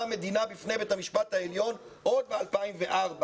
המדינה בפני בית המשפט העליון עוד ב-2004.